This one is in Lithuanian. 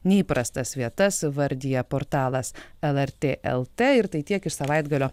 neįprastas vietas vardija portalas lrt lt ir tai tiek iš savaitgalio